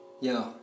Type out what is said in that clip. Yo